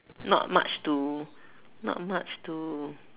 not much to not much to